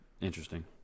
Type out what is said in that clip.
interesting